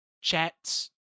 Chats